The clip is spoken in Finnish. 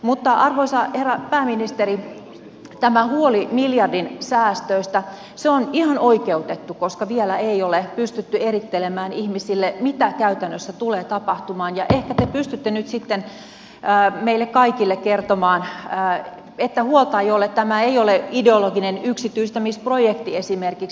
mutta arvoisa herra pääministeri tämä huoli miljardin säästöistä on ihan oikeutettu koska vielä ei ole pystytty erittelemään ihmisille mitä käytännössä tulee tapahtumaan ja ehkä te pystytte nyt sitten meille kaikille kertomaan että huolta ei ole tämä ei ole ideologinen yksityistämisprojekti esimerkiksi